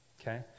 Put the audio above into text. okay